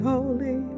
Holy